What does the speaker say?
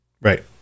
Right